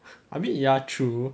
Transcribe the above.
I mean ya true